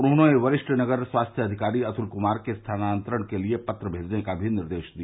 उन्होंने वरिष्ठ नगर स्वास्थ्य अधिकारी अतुल कुमार के स्थानान्तरण के लिए पत्र भेजने का भी निर्देश दिया